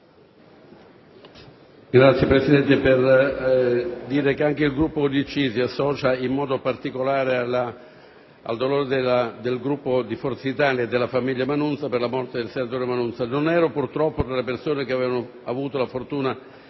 Signor Presidente, anche il Gruppo UDC si associa in modo particolare al dolore del Gruppo di Forza Italia e della famiglia per la morte del senatore Manunza. Non ero, purtroppo, tra coloro che avevano avuto la fortuna